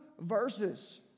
verses